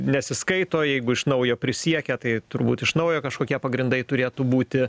nesiskaito jeigu iš naujo prisiekia tai turbūt iš naujo kažkokie pagrindai turėtų būti